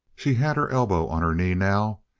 she had her elbow on her knee now,